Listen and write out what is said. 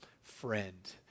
friend